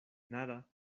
nada